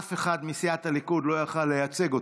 אף אחד מסיעת הליכוד לא היה יכול לייצג אותו,